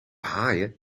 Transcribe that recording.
haaien